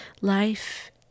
Life